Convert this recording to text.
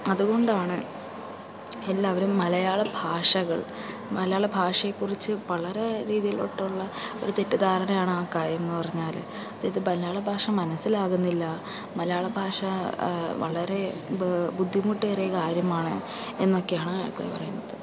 അതുകൊണ്ടാണ് എല്ലാവരും മലയാള ഭാഷകൾ മലയാള ഭാഷയെ കുറിച്ച് വളരെ രീതിലോട്ടുള്ള ഒരു തെറ്റിധാരണ ആണ് ആ കാര്യംന്ന് പറഞ്ഞാല് അതായത് മലയാള ഭാഷ മനസിലാകുന്നില്ല മലയാള ഭാഷ വളരെ ബ ബുദ്ധിമുട്ടേറിയ കാര്യമാണ് എന്നൊക്കെയാണ് ആൾക്കാര് പറയുന്നത്